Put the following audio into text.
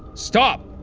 stop!